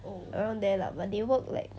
around there lah but they work like